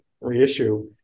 reissue